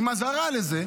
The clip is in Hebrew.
עם אזהרה לזה,